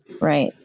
right